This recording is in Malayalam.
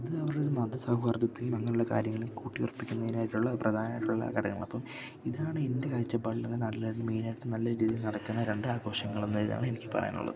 അത് അവർ മതസൗഹാർദ്ദത്തെയും അങ്ങനെയുള്ള കാര്യങ്ങൾ ഊട്ടി ഉറപ്പിക്കുന്നതിനായിട്ടുള്ള പ്രധാനമായിട്ടുള്ള കാര്യങ്ങളപ്പം ഇതാണ് എൻ്റെ കാഴ്ചപ്പാടിലുള്ള നാട്ടിൽ നാട്ടിൽ മെയിനായിട്ട് നല്ല രീതിയിൽ നടക്കണ രണ്ടാഘോഷങ്ങൾ എന്നാൽ ഇതാണ് എനിക്ക് പറയാനുള്ളത്